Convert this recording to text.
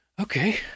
Okay